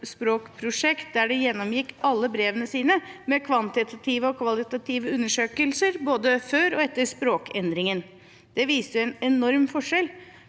der de gjennomgikk alle brevene sine, med kvantitative og kvalitative undersøkelser både før og etter språkendringen. Det viste en enorm forskjell.